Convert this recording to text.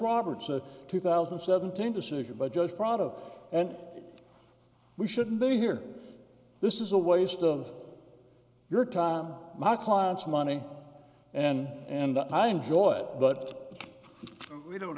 roberts a two thousand and seventeen decision but just proud of and we shouldn't be here this is a waste of your time my client's money and and i enjoy it but we don't